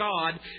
God